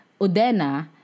Udena